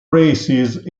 races